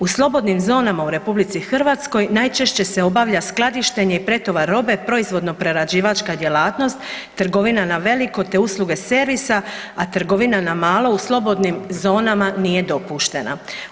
U slobodnim zonama u RH najčešće će se obavlja skladištenje i pretovar robe, proizvodno-prerađivačka djelatnost, trgovina na veliko, te usluge servisa a trgovina na malo u slobodnim zonama nije dopuštena.